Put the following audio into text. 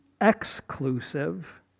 exclusive